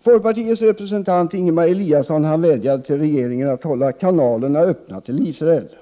Folkpartiets representant Ingemar Eliasson vädjade till regeringen att hålla kanalerna till Israel öppna.